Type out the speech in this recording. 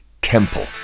temple